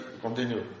continue